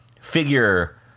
figure